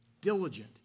diligent